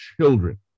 children